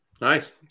Nice